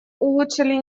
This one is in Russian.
улучшили